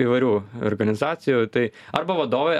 įvairių organizacijų tai arba vadovė